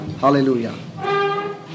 Hallelujah